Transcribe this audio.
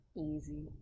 Easy